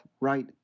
right